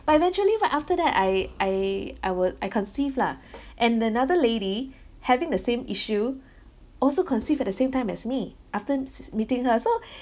but eventually right after that I I I would I conceive lah and another lady having the same issue also conceive at the same time as me after s~ s~ meeting her so